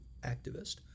activist